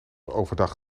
overdag